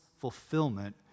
fulfillment